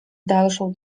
dalszą